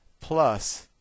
Plus